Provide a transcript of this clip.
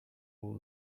all